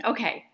Okay